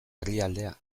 herrialdea